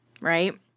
right